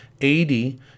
80